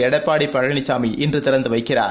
எடப்பாடி பழனிசாமி இன்று திறந்து வைக்கிறார்